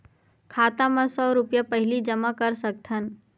खाता मा सौ रुपिया पहिली जमा कर सकथन?